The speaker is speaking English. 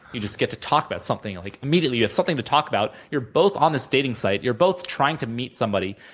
you just get to talk about something. like immediately, you have something to talk about. you're both on this dating site. you're both trying to meet somebody,